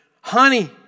Honey